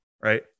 right